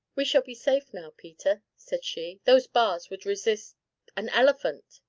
we shall be safe now, peter, said she those bars would resist an elephant.